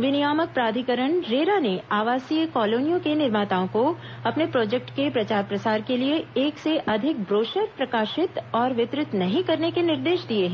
विनियामक प्राधिकरण रेरा ने आवासीय कॉलोनियों के निर्माताओं को अपने प्रोजेक्ट के प्रचार प्रसार के लिए एक से अधिक ब्रोशर प्रकाशित और वितरित नहीं करने के निर्देश दिए हैं